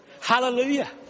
Hallelujah